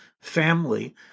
family